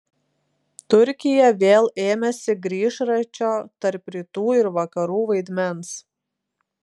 turkija vėl ėmėsi grįžračio tarp rytų ir vakarų vaidmens